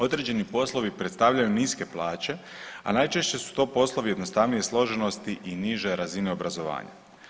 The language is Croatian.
Određeni poslovi predstavljaju niske plaće, a najčešće su to poslovi jednostavnije složenosti i niže razine obrazovanja.